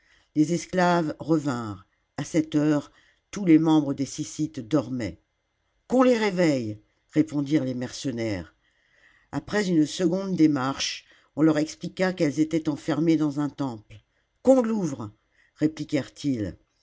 les esclaves revinrent a cette heure tous les membres des sjssites dormaient qu'on les réveille répondirent les mercenaires après une seconde démarche on leurexphqua qu'elles étaient enfermées dans un temple qu'on l'ouvre